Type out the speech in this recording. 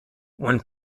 one